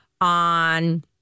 on